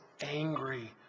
angry